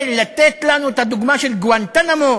לתת לנו את הדוגמה של גואנטנמו,